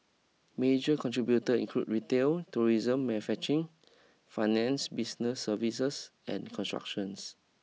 major contributor include retail tourism manufacturing finance business services and construction